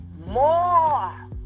more